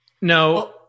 No